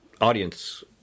audience